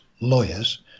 lawyers